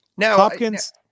Hopkins